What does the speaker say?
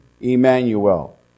Emmanuel